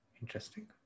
Interesting